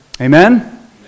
Amen